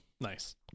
nice